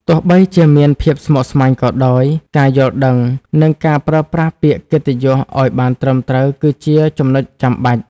ទោះបីជាមានភាពស្មុគស្មាញក៏ដោយ ការយល់ដឹង និងការប្រើប្រាស់ពាក្យកិត្តិយសឱ្យបានត្រឹមត្រូវគឺជាចំណុចចាំបាច់។